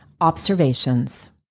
Observations